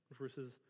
Verses